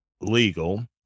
legal